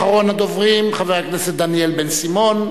אחרון הדוברים, חבר הכנסת דניאל בן-סימון.